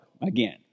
again